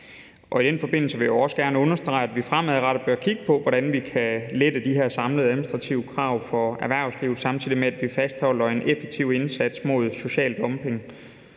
I den forbindelse vil jeg også gerne understrege, at vi fremadrettet bør kigge på, hvordan vi kan lette de her samlede administrative krav for erhvervslivet, samtidig med at vi fastholder en effektiv indsats mod social dumping.